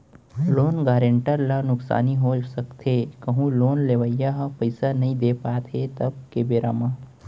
loan guarantor ल नुकसानी हो सकथे कहूँ लोन लेवइया ह पइसा नइ दे पात हे तब के बेरा म